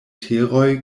teroj